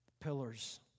pillars